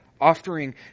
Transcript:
offering